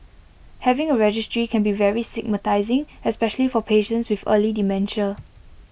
having A registry can be very stigmatising especially for patients with early dementia